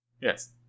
Yes